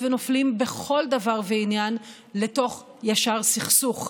ונופלים בכל דבר ועניין ישר לתוך סכסוך,